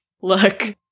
Look